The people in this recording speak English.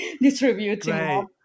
distributing